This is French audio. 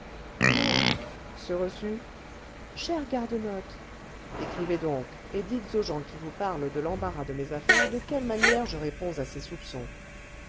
mais ce reçu cher garde notes écrivez donc et dites aux gens qui vous parlent de l'embarras de mes affaires de quelle manière je réponds à ces soupçons